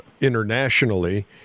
internationally